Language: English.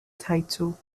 title